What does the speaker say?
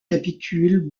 capitules